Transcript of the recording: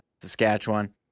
Saskatchewan